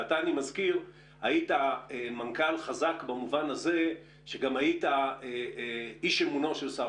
ואתה היית מנכ"ל חזק והיית איש אמונו של שר